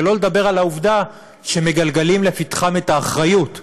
שלא לדבר על העובדה שמגלגלים לפתחם את האחריות.